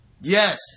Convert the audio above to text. yes